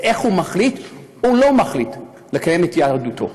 ואיך הוא מחליט או לא מחליט לקיים את יהדותו,